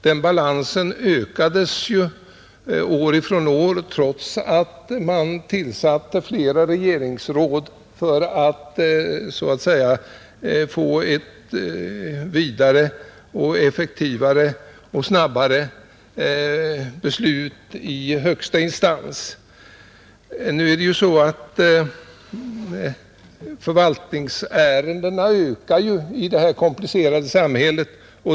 Den balansen ökades ju år från år trots att man tillsatte flera regeringsråd för att så att säga få vidare, effektivare och snabbare beslut i högsta instans. Förvaltningsärendenas antal ökar i vårt komplicerade samhälle.